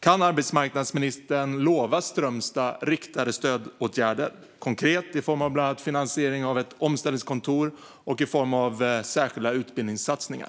Kan arbetsmarknadsministern lova Strömstad riktade stödåtgärder, konkret i form av bland annat finansiering av ett omställningskontor och i form av särskilda utbildningssatsningar?